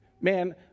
Man